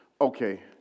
Okay